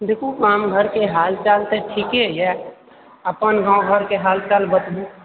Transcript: देखू गाम घरके हाल चाल तऽ ठीके यऽ अपन गाँव घरके हाल चाल बताबू